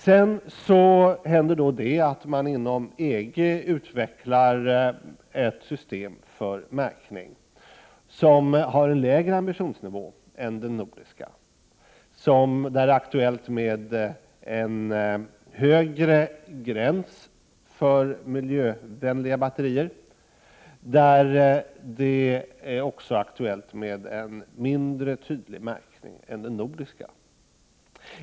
Inom EG utvecklades sedan ett system för märkning, som har en lägre ambitionsnivå än det nordiska. Det är aktuellt med en högre gräns för miljövänliga batterier och med en mindre tydlig märkning än den nordiska.